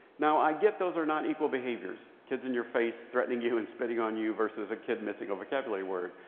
now, i get those are not equal behaviors. kids in your face threatening you and spitting on you versus a kid missing a vocabulary word.